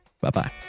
Bye-bye